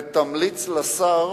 ותמליץ לשר